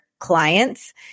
clients